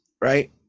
right